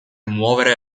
muovere